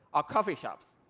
or coffee shops.